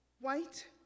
White